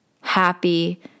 happy